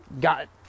got